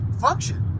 function